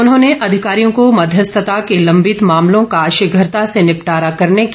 उन्होंने अधिकारियों को मध्यस्थता के लंबित मामलों का शीघ्रता से निपटारा करने के निर्देश दिए